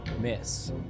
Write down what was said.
miss